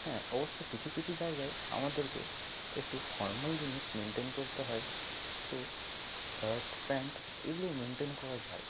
হ্যাঁ অবশ্য কিছু কিছু জায়গায় আমাদেরকে একটু ফর্মাল জিনিস মেন্টেন করতে হয় তো শার্ট প্যান্ট এগুলো মেন্টেন করা যায়